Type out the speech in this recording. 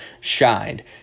shined